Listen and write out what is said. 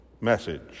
message